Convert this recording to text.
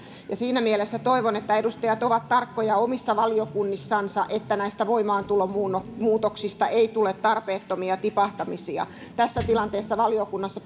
siinä mielessä toivon että edustajat ovat tarkkoja omissa valiokunnissansa että näistä voimaantulomuutoksista ei tule tarpeettomia tipahtamisia tässä tilanteessa valiokunnassa